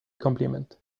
compliment